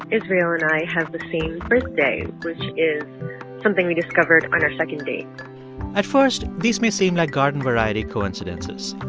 israel, and i have the same birthday, which is something we discovered on our second date at first, these may seem like garden-variety coincidences.